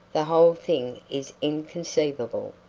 the whole thing is inconceivable.